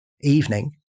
evening